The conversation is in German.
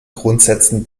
grundsätzen